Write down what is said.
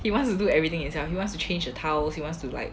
he wants to do everything himself he wants to change the tiles he wants to like